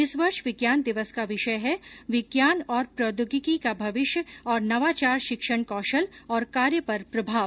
इस वर्ष विज्ञान दिवस का विषय है विज्ञान और प्रौद्योगिकी का भविष्य और नवाचार शिक्षण कौशल और कार्य पर प्रभाव